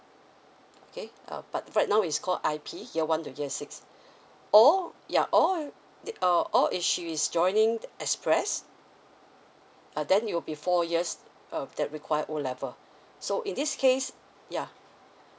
okay uh but right now it's called I_P year one to year six or ya or uh or is she is joining the express uh then it'll be four years uh that require O level so in this case ya